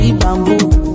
bamboo